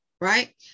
right